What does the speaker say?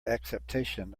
acceptation